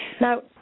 Now